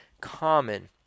common